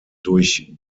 durch